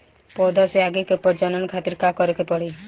पौधा से आगे के प्रजनन खातिर का करे के पड़ी?